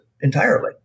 entirely